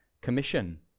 commission